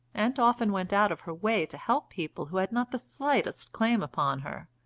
and often went out of her way to help people who had not the slightest claim upon her.